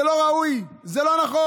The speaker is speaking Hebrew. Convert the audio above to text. זה לא ראוי, זה לא נכון,